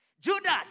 Judas